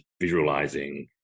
visualizing